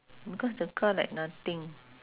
because the car like nothing